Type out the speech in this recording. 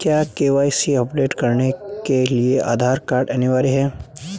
क्या KYC update करने के लिए आधार कार्ड अनिवार्य है?